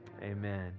amen